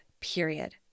period